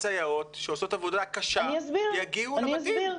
סייעות שעושות עבודה קשה יגיעו לבתים?